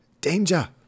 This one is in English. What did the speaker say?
danger